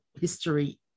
history